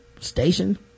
station